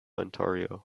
ontario